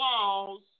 walls